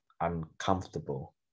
uncomfortable